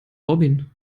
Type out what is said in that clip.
robin